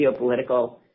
geopolitical